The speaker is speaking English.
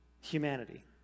humanity